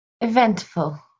Eventful